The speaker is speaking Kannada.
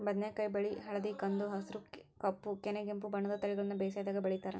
ಬದನೆಕಾಯಿ ಬಿಳಿ ಹಳದಿ ಕಂದು ಹಸುರು ಕಪ್ಪು ಕನೆಗೆಂಪು ಬಣ್ಣದ ತಳಿಗಳನ್ನ ಬೇಸಾಯದಾಗ ಬೆಳಿತಾರ